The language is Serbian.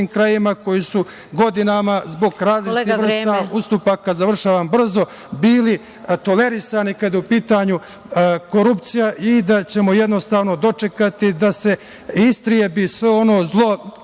krajevima koji su godinama zbog različitih vrsta ustupaka bili tolerisani kada je u pitanju korupcija i da ćemo jednostavno dočekati da se istrebi sve ono zlo